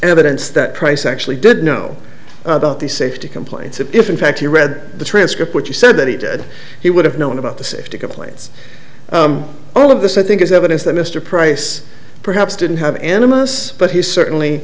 evidence that price actually did know about the safety complaints and if in fact he read the transcript which he said that he did he would have known about the safety complaints all of this i think is evidence that mr price perhaps didn't have enemas but he certainly